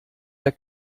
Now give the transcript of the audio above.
der